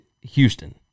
Houston